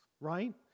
right